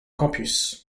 campus